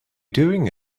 doing